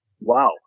Wow